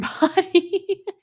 body